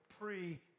pre